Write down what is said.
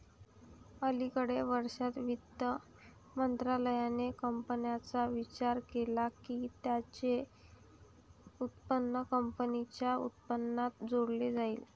अलिकडे वर्षांत, वित्त मंत्रालयाने कंपन्यांचा विचार केला की त्यांचे उत्पन्न कंपनीच्या उत्पन्नात जोडले जाईल